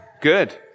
good